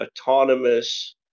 autonomous